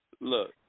Look